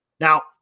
Now